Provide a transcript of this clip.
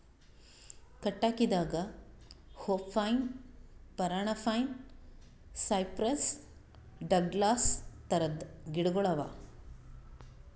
ಕಟ್ಟಗಿದಾಗ hoop pine, Parana pine, cypress, Douglas ಥರದ್ ಗಿಡಗೋಳು ಅವಾ